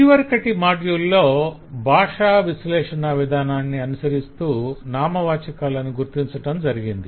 ఇదివరకటి మాడ్యుల్ లో భాషావిశ్లేషణ విధానాన్ని అనుసరిస్తూ నామవాచాకాలను గుర్తించటం జరిగింది